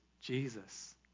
Jesus